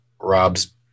Rob's